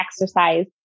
exercise